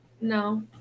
No